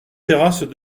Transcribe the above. terrasses